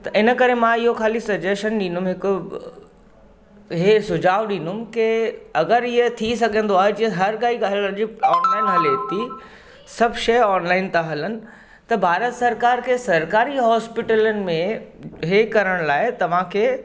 त इन करे मां इहो ख़ाली सजैशन ॾींदुमि हिकु हीअ सुझाव ॾींदुमि की अगरि इहे थी सघंदो आहे जीअं हर कोई ॻाल्हि अॼु ऑनलाइन हले थी सभु शइ ऑनलाइन था हलनि त भारत सरकार खे सरकारी हॉस्पिटलिनि में हीअ करण लाइ तव्हांखे